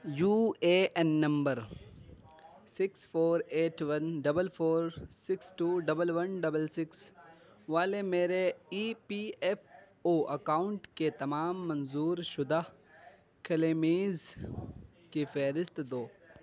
you A N number six four eight one double four six two double one double six والے میرے E P F O account کے تمام منظور شدہ claims کی فہرست دو